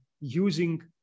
using